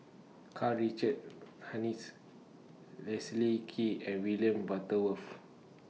Karl Richard Hanitsch Leslie Kee and William Butterworth